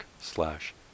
slash